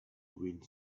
wind